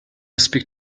speak